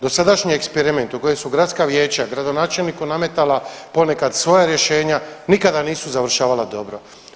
Dosadašnji eksperiment u kojem su gradska vijeća gradonačelniku nametala ponekad svoja rješenja nikada nisu završavala dobro.